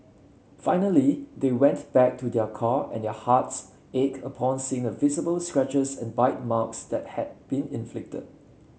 finally they went back to their car and their hearts ached upon seeing the visible scratches and bite marks that had been inflicted